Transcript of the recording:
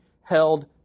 held